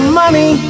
money